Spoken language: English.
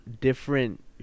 different